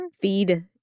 Feed